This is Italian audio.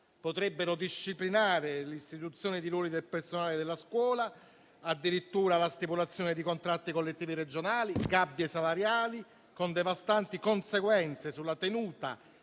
potrebbero disciplinare l'istituzione di ruoli del personale della scuola, addirittura la stipulazione di contratti collettivi regionali e gabbie salariali (con devastanti conseguenze sulla tenuta